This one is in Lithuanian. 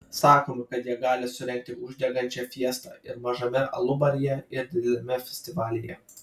sakoma kad jie gali surengti uždegančią fiestą ir mažame alubaryje ir dideliame festivalyje